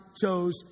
chose